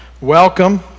Welcome